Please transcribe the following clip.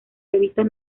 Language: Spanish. revistas